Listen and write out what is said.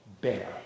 bear